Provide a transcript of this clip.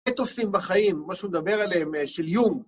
אתוסים בחיים, מה שהוא דבר עליהם, של יום.